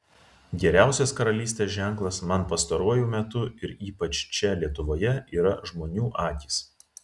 geriausias karalystės ženklas man pastaruoju metu ir ypač čia lietuvoje yra žmonių akys